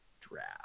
draft